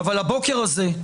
אבל הבוקר הזה,